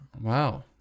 Wow